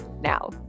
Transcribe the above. Now